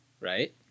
Right